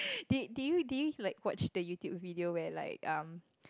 did did you did you like watch the YouTube video where like um